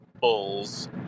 bulls